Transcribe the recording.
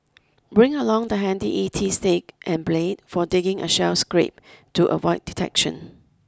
bring along the handy E T stick and blade for digging a shell scrape to avoid detection